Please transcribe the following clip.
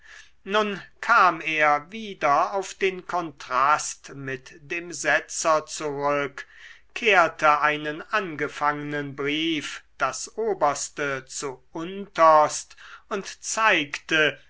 nun kam er wieder auf den kontrast mit dem setzer zurück kehrte einen angefangenen brief das oberste zu unterst und zeigte